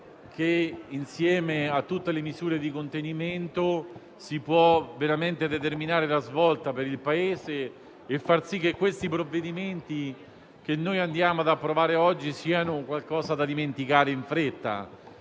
che insieme a tutte le misure di contenimento può veramente determinare la svolta per il Paese e far sì che i provvedimenti che andiamo ad approvare oggi siano qualcosa da dimenticare in fretta.